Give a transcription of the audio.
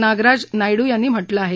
नागराज नायडू यांनी म्हटलं आहे